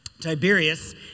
Tiberius